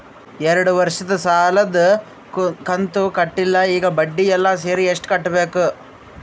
ಎರಡು ವರ್ಷದ ಸಾಲದ ಕಂತು ಕಟ್ಟಿಲ ಈಗ ಬಡ್ಡಿ ಎಲ್ಲಾ ಸೇರಿಸಿ ಎಷ್ಟ ಕಟ್ಟಬೇಕು?